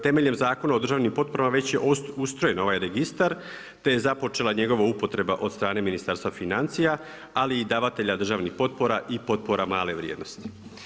Temeljem Zakona o državnim potporama, već je usvojen ovaj registar, te je započela njegova upotreba od strane Ministarstva financija, ali i davatelja državnih potpora i potpora male vrijednosti.